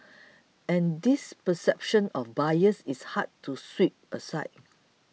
and this perception of bias is hard to sweep aside